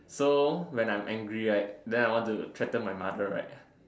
so when I'm angry right then I want to threaten my mother right